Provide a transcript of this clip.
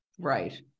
right